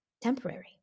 temporary